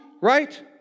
right